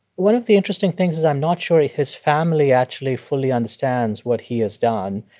one of the interesting things is i'm not sure if his family actually fully understands what he has done.